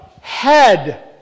head